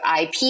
IP